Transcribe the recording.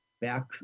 back